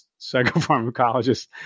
psychopharmacologist